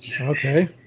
Okay